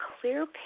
clear